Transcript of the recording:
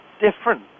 different